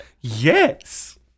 Yes